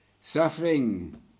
Suffering